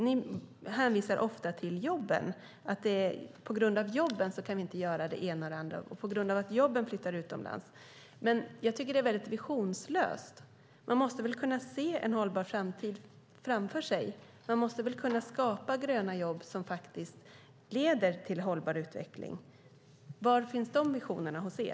Ni hänvisar ofta till jobben och att det är på grund av dem som vi inte kan göra det ena eller det andra för att de kan försvinna utomlands. Men jag tycker att det är väldigt visionslöst. Man måste väl kunna se en hållbar framtid framför sig? Man måste väl kunna skapa gröna jobb som faktiskt leder till hållbar utveckling? Var finns de visionerna hos er?